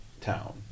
town